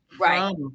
Right